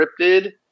cryptid